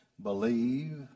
Believe